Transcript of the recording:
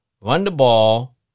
run-the-ball